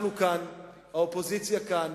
אנחנו כאן, האופוזיציה כאן,